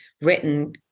written